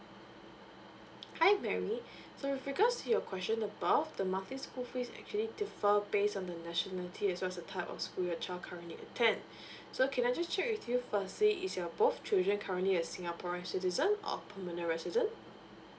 hi mary so with regards to your question above the monthly school fees actually defer base on the nationality as well as the type of school your child currently attend so can I just check with you firstly is your both children currently a singaporean citizen or permanent resident